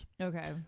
Okay